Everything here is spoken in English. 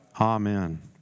Amen